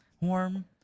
Warm